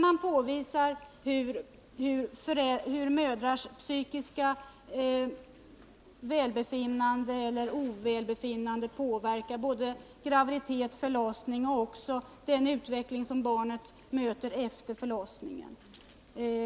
Hon påvisar hur mödrars psykiska välbefinnande eller icke välbefinnande påverkar graviditet, förlossning och barnets utveckling efter förlossningen.